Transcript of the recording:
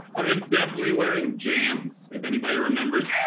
i am definitely wearing jams if anybody remembers